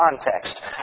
context